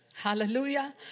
Hallelujah